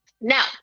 Now